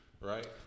Right